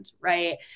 right